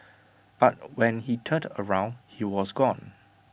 but when he turned around he was gone